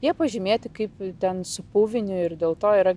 jie pažymėti kaip ten su puviniu ir dėl to yra